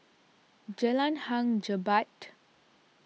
Jalan Hang Jebat